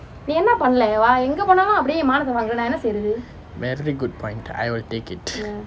very good point I will take it